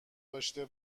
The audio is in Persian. داشته